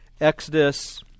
Exodus